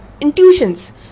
intuitions